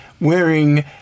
wearing